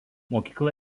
mokykla